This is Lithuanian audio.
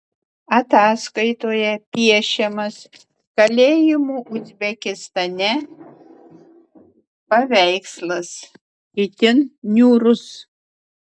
ataskaitoje piešiamas kalėjimų uzbekistane paveikslas itin niūrus